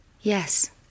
Yes